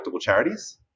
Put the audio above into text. charities